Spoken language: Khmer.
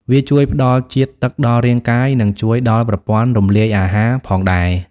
វាជួយផ្តល់ជាតិទឹកដល់រាងកាយ និងជួយដល់ប្រព័ន្ធរំលាយអាហារផងដែរ។